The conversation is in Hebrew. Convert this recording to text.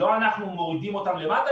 לא אנחנו מורידים אותם למטה,